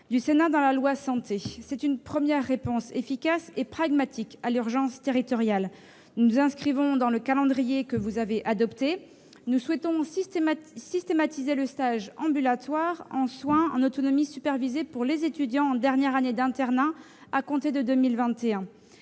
de la dernière loi Santé. C'est une première réponse, efficace et pragmatique, à l'urgence territoriale. Nous nous inscrivons dans le calendrier que vous avez adopté. Nous souhaitons systématiser le stage ambulatoire en soins en autonomie supervisée pour les étudiants en dernière année d'internat à compter de 2021.